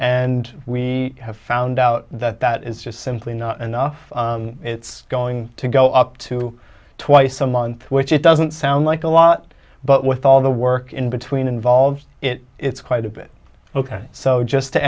and we have found out that that is just simply not enough it's going to go up to twice a month which it doesn't sound like a lot but with all the work in between involved it it's quite a bit ok so just to